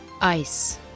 Ice